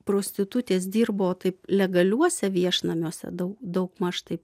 prostitutės dirbo taip legaliuose viešnamiuose daug daugmaž taip